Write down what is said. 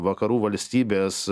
vakarų valstybės